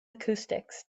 acoustics